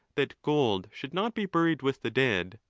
that gold should not be buried with the dead,